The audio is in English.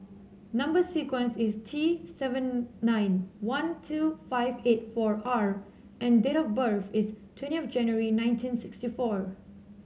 number sequence is T seven nine one two five eight four R and date of birth is twentieth January nineteen sixty four